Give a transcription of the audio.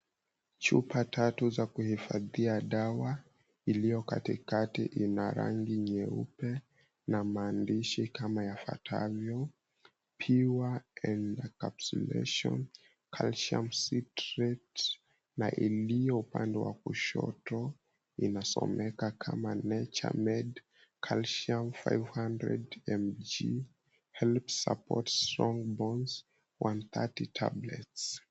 Chupa tatu za kuhifadhia dawa. Iliyo katikati ina rangi nyeupe na maandishi kama yafuatavyo pure encapsulation calcium siltrate na na iliyo upande wa kushoto inasomeka kama nature made calcium 500mg, help support strong bones 130 tablets